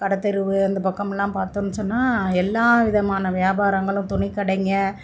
கடத்தெரு அந்த பக்கமெல்லாம் பார்த்தோன்னு சொன்னால் எல்லா விதமான வியாபாரங்களும் துணிக்கடைங்கள்